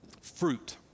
fruit